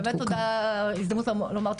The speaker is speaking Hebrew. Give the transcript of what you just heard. זאת באמת ההזדמנות לומר,